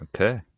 Okay